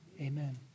Amen